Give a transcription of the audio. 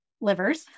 livers